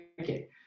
okay